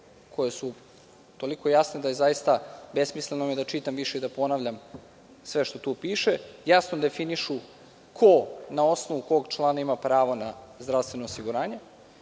koje su toliko jasne da je zaista besmisleno da ovo čitam više i da ponavljam sve što tu piše, jasno definišu ko na osnovu kog člana ima pravo na zdravstveno osiguranje.